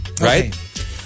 Right